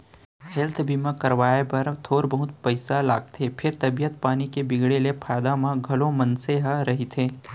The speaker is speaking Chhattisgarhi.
हेल्थ बीमा करवाए बर थोर बहुत पइसा लागथे फेर तबीयत पानी के बिगड़े ले फायदा म घलौ मनसे ह रहिथे